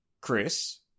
Chris